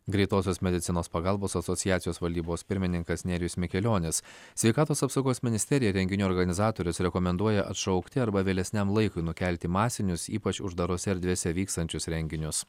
greitosios medicinos pagalbos asociacijos valdybos pirmininkas nerijus mikelionis sveikatos apsaugos ministerija renginių organizatorius rekomenduoja atšaukti arba vėlesniam laikui nukelti masinius ypač uždarose erdvėse vykstančius renginius